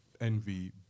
Envy